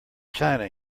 china